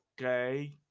Okay